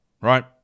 right